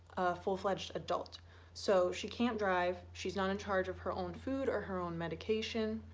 full-fledged adult so she can't drive she's not in charge of her own food or her own medication.